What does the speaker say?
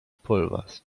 pulvers